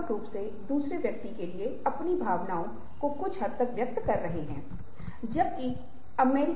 यह आप कल्पना करते है कि आप किसी से फोन पर बात कर रहे हैं कल्पना कीजिए कि आप किसी ऐसे व्यक्ति से बात कर रहे हैं जो वहां मौजूद नहीं है